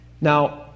Now